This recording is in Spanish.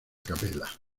capella